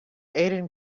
aden